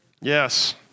Yes